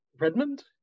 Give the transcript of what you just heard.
Redmond